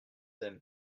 aiment